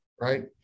right